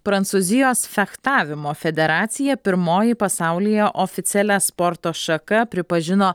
prancūzijos fechtavimo federacija pirmoji pasaulyje oficialia sporto šaka pripažino